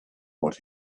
what